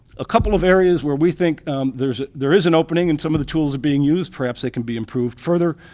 a couple of areas where we think there is an opening and some of the tools are being used, perhaps they can be improved further,